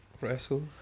wrestle